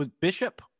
Bishop